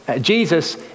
Jesus